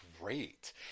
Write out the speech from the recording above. great